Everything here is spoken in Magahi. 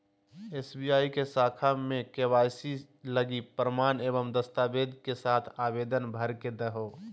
एस.बी.आई के शाखा में के.वाई.सी लगी प्रमाण एवं दस्तावेज़ के साथ आवेदन भर के देहो